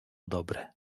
dobre